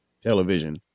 television